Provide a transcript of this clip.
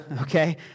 okay